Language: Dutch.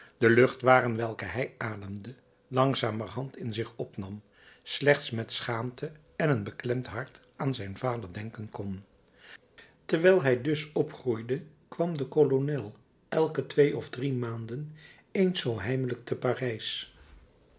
de lucht waren welke hij ademde langzamerhand in zich opnam slechts met schaamte en een beklemd hart aan zijn vader denken kon terwijl hij dus opgroeide kwam de kolonel elke twee of drie maanden eens zoo heimelijk te parijs